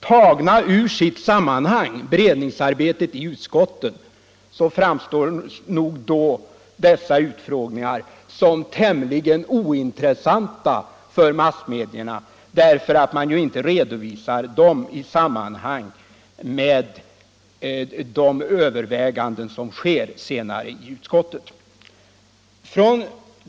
Tagna ur sitt sammanhang — beredningsarbetet i utskotten —- framstår dessa utfrågningar såsom tämligen ointressanta för massmedia, eftersom man inte redovisar dem i sammanhang med de överväganden som sker senare i utskotten.